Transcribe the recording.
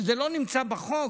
שזה לא נמצא בחוק,